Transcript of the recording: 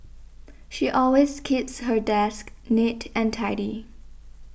she always keeps her desk neat and tidy